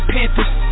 Panthers